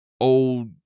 old